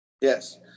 Yes